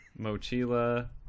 Mochila